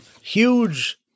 Huge